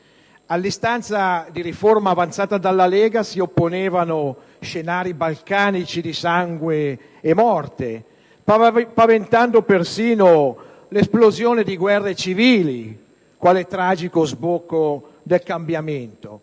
All'istanza di riforma avanzata dalla Lega si opponevano scenari balcanici di sangue e morte, paventando persino l'esplosione di guerre civili quale tragico sbocco del cambiamento,